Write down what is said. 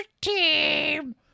team